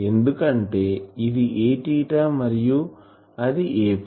ఎందుకంటే ఇది a మరియు అది a